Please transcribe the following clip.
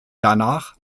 danach